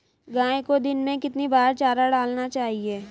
गाय को दिन में कितनी बार चारा डालना चाहिए?